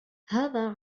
هذا